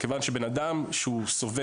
כיוון שבן אדם שסובל,